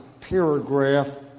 paragraph